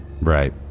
Right